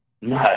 No